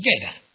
together